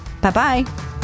Bye-bye